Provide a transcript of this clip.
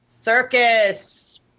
Circus